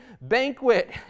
banquet